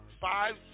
five